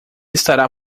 estará